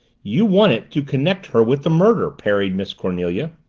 you want it to connect her with the murder, parried miss cornelia.